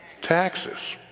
taxes